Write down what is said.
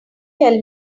tell